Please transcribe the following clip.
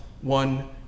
one